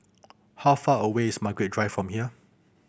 how far away is Margaret Drive from here